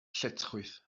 lletchwith